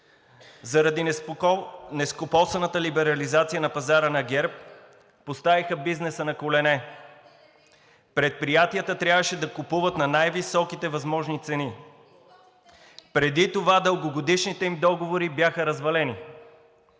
заради нескопосаната либерализация на пазара на ГЕРБ, поставиха бизнеса на колене. Предприятията трябваше да купуват на най-високите възможни цени. Преди това дългогодишните им договори бяха развалени